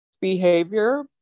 behavior